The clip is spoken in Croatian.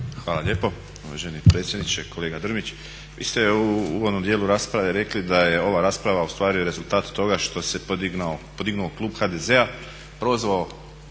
Hvala lijepo uvaženi predsjedniče, kolega Drmić. Vi ste u uvodnom dijelu rasprave rekli da je ova rasprava u stvari rezultat toga što se podignuo klub HDZ-a,